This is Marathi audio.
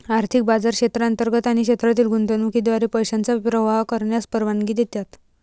आर्थिक बाजार क्षेत्रांतर्गत आणि क्षेत्रातील गुंतवणुकीद्वारे पैशांचा प्रवाह करण्यास परवानगी देतात